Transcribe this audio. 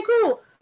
cool